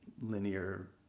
linear